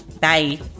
Bye